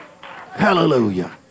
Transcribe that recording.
hallelujah